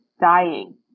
dying